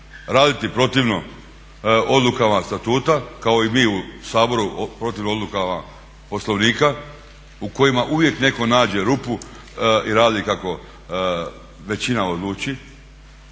raditi protivno odlukama statuta kao i mi u Saboru protivno odlukama Poslovnika u kojima uvijek netko nađe rupu i radi kako većina odluči.